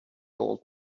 old